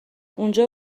اونجا